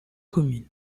commune